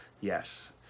Yes